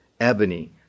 ebony